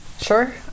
Sure